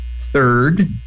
Third